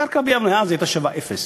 הקרקע ביבנה אז הייתה שווה אפס.